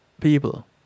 people